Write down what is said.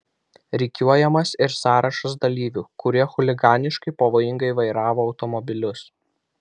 rikiuojamas ir sąrašas dalyvių kurie chuliganiškai pavojingai vairavo automobilius